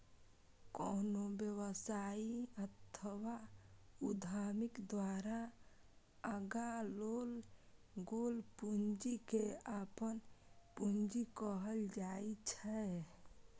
कोनो व्यवसायी अथवा उद्यमी द्वारा लगाओल गेल पूंजी कें अपन पूंजी कहल जाइ छै